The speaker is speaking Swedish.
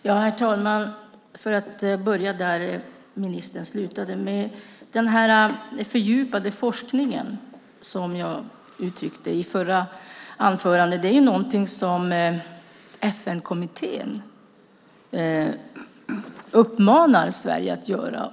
Herr talman! För att börja där ministern slutade: Den fördjupade forskning som jag talade om i förra anförandet är någonting som FN-kommittén uppmanar Sverige att göra.